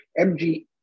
MG